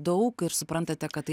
daug ir suprantate kad tai